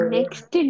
Next